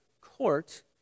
court